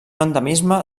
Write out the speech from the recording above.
endemisme